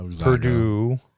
Purdue